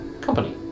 company